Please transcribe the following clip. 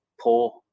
poor